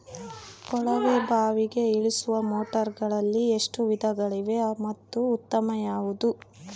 ಕೊಳವೆ ಬಾವಿಗೆ ಇಳಿಸುವ ಮೋಟಾರುಗಳಲ್ಲಿ ಎಷ್ಟು ವಿಧಗಳಿವೆ ಮತ್ತು ಉತ್ತಮ ಯಾವುದು?